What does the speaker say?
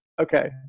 okay